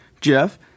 Jeff